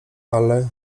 ale